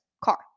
car